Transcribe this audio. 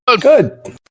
Good